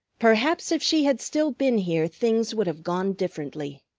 perhaps if she had still been here things would have gone differently.